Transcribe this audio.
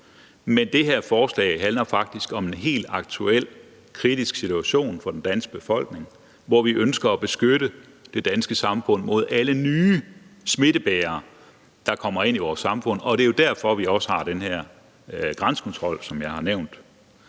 men det her forslag handler faktisk om en helt aktuel kritisk situation for den danske befolkning, hvor vi ønsker at beskytte det danske samfund mod alle nye smittebærere, der kommer ind i vores samfund. Det er jo derfor, at vi også har den her grænsekontrol, som jeg har nævnt.